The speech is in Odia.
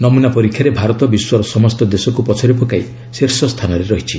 ନମ୍ରନା ପରୀକ୍ଷାରେ ଭାରତ ବିଶ୍ୱର ସମସ୍ତ ଦେଶକୁ ପଛରେ ପକାଇ ଶୀର୍ଷ ସ୍ଥାନରେ ରହିଛି